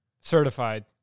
certified